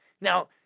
Now